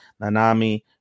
Nanami